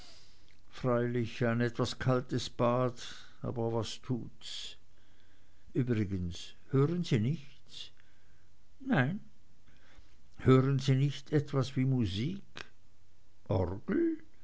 freilich ein etwas kaltes bad aber was tut's übrigens hören sie nichts nein hören sie nicht etwas wie musik orgel